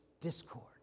discord